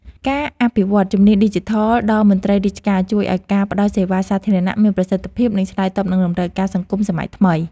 ការអភិវឌ្ឍជំនាញឌីជីថលដល់មន្ត្រីរាជការជួយឱ្យការផ្តល់សេវាសាធារណៈមានប្រសិទ្ធភាព និងឆ្លើយតបនឹងតម្រូវការសង្គមសម័យថ្មី។